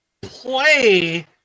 play